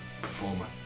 performer